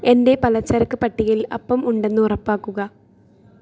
എൻ്റെ പലചരക്ക് പട്ടികയിൽ അപ്പം ഉണ്ടെന്ന് ഉറപ്പാക്കുക